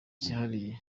cyihariye